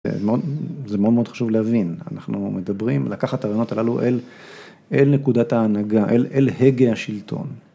זה מאוד מאוד חשוב להבין, אנחנו מדברים, לקחת הרעיונות הללו אל נקודת ההנהגה, אל הגה השלטון.